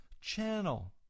channel